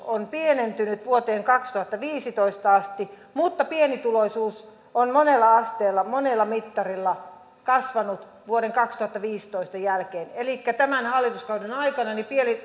on pienentynyt vuoteen kaksituhattaviisitoista asti mutta pienituloisuus on monella asteella monella mittarilla kasvanut vuoden kaksituhattaviisitoista jälkeen elikkä tämän hallituskauden aikana